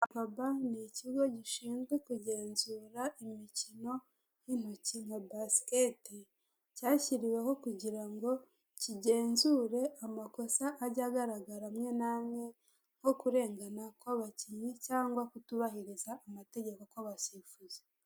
FERWABA ni ikigo gishinzwe kugenzura imikno y' intoki nka basket, cyashyiriweho kugira ngo kigenzure amakosa agaragara amwe namwe nko kurengana kw' abakinnyi cyangwa kutubahiriza amategeko kw' abasifuzi.